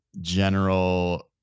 general